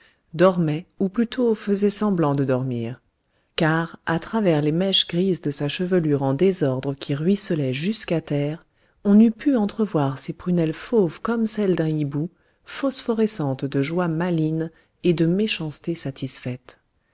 dormait ou plutôt faisait semblant de dormir car à travers les mèches grises de sa chevelure en désordre qui ruisselaient jusqu'à terre on eût pu entrevoir ses prunelles fauves comme celles d'un hibou phosphorescentes de joie maligne et de méchanceté satisfaite